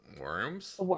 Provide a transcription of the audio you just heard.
Worms